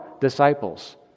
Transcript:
disciples